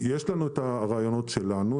יש לנו את הרעיוניות שלנו.